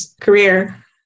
career